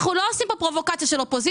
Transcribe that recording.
אנחנו לא עושים פה פרובוקציה של אופוזיציה.